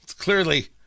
clearly